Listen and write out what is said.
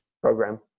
program